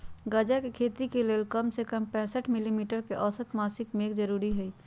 गजा के खेती के लेल कम से कम पैंसठ मिली मीटर के औसत मासिक मेघ जरूरी हई